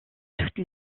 toutes